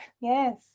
Yes